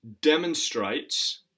demonstrates